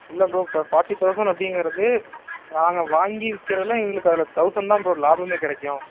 இல்லை ப்ரோ இப்போ forty thousand அப்படிங்கிறது நாங்க வாங்கி விற்கறதுல எங்களுக்கு அதில் தௌசண்ட் தான் ப்ரோ லாபமே கிடைக்கும்